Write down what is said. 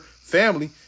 family